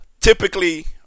Typically